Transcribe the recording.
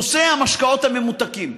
נושא המשקאות הממותקים.